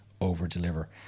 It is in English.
over-deliver